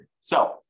So-